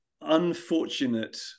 unfortunate